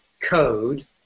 code